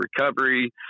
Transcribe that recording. recovery